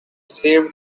saved